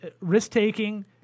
risk-taking